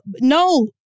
No